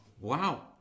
Wow